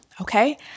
Okay